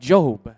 Job